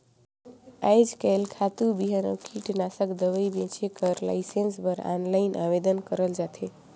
आएज काएल खातू, बीहन अउ कीटनासक दवई बेंचे कर लाइसेंस बर आनलाईन आवेदन करल जाथे